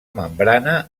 membrana